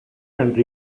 and